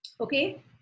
Okay